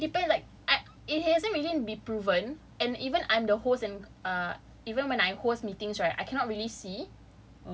no but but it depends like like it hasn't been proven even I'm the host uh even when I host meetings right I cannot really see